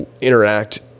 interact